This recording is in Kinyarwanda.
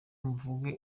mvuge